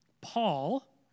Paul